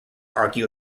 argue